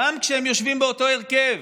גם כשהם יושבים באותו הרכב,